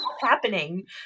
happening